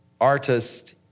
artist